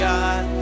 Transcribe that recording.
God